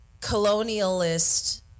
colonialist